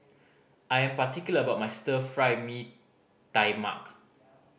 I am particular about my Stir Fry Mee Tai Mak